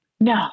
No